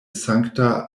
sankta